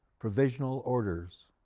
provisional orders.